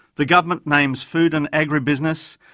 the government names food and agribusiness,